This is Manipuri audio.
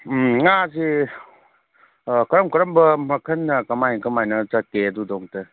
ꯉꯥꯁꯦ ꯀꯔꯝ ꯀꯔꯝꯕ ꯃꯈꯟ ꯀꯃꯥꯏꯅ ꯀꯃꯥꯏꯅ ꯆꯠꯀꯦ ꯑꯗꯨꯗꯣ ꯑꯝꯇ